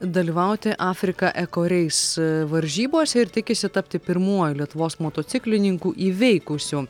dalyvauti afrika ekoreis varžybose ir tikisi tapti pirmuoju lietuvos motociklininku įveikusiu